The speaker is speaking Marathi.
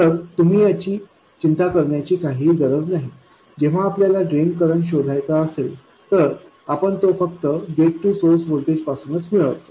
तर तुम्ही त्याची चिंता करण्याची काहीही गरज नाही जेव्हा आपल्याला ड्रेन करंट शोधायचा असेल तर आपण तो फक्त गेट टू सोर्स व्होल्टेज पासून च मिळवतो